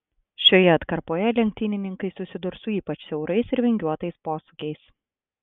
šioje atkarpoje lenktynininkai susidurs su ypač siaurais ir vingiuotais posūkiais